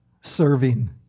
serving